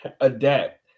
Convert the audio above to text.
adapt